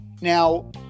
Now